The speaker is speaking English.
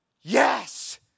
yes